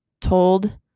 told